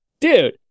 dude